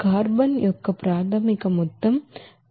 carbon యొక్క ప్రాథమిక మొత్తం 3 కిలోలు